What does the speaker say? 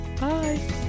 bye